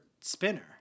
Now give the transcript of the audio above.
Spinner